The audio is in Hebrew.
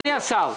כבוד השר,